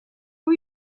who